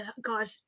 God